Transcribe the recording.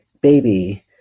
baby